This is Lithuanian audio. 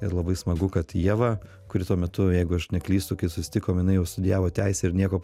ir labai smagu kad ieva kuri tuo metu jeigu aš neklystu kai susitikom jinai jau studijavo teisę ir nieko